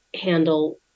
Handle